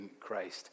Christ